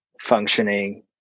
functioning